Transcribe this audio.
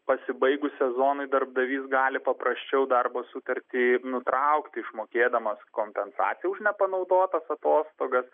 pasibaigus sezonui darbdavys gali paprasčiau darbo sutartį nutraukti išmokėdamas kompensaciją už nepanaudotas atostogas